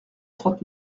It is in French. trente